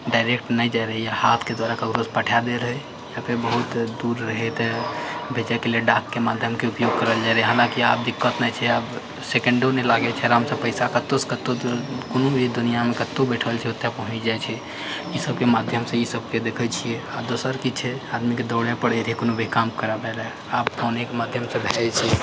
direct नहि जाइत रहै हाथके द्वारा ककरोसँ पठा दए रहै या फेर बहुत दूर रहै तऽ भेजैके लिए डाकके माध्यमके उपयोग करल जाइत रहै हलाँकी आब दिक्कत नहि छै आब सेकण्डो नहि लागै छै आरामसँ पैसा कतहुँसँ कतहुँ कोनो भी दुनिआमे कतहुँ बैठल छी ओतए पहुँच जाइ छै सबके माध्यमसँ ई सबके देखै छियै आ दोसर की छै आदमीकेँ दौड़ै पड़ै रहै कोनो भी काम कराबएला आब फोनेके माध्यमसँ भए जाइ छै